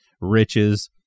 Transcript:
riches